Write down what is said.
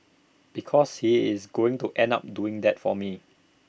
because he is going to end up doing that for me